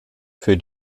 für